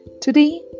Today